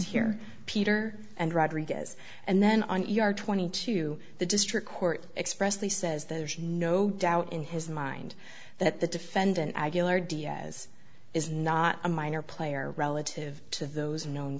here peter and rodriguez and then on your twenty two the district court expressly says there's no doubt in his mind that the defendant or diaz is not a minor player relative to those known